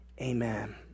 Amen